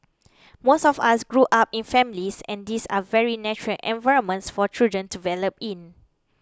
most of us grew up in families and these are very natural environments for children to develop in